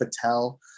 Patel